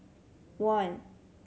one